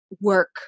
work